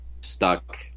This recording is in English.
stuck